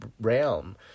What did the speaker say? realm